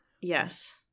Yes